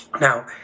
Now